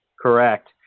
Correct